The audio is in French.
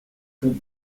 font